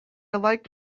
liked